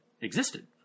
existed